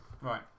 Right